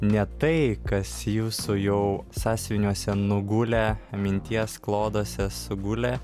ne tai kas jūsų jau sąsiuviniuose nugulę minties kloduose sugulę